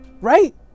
Right